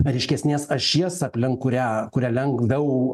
ryškesnės ašies aplink kurią kurią lengviau